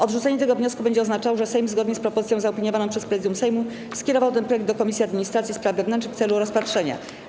Odrzucenie tego wniosku będzie oznaczało, że Sejm, zgodnie z propozycją zaopiniowaną przez Prezydium Sejmu, skierował ten projekt do Komisji Administracji i Spraw Wewnętrznych w celu rozpatrzenia.